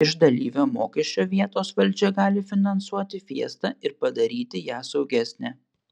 iš dalyvio mokesčio vietos valdžia gali finansuoti fiestą ir padaryti ją saugesnę